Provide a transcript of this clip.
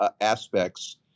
aspects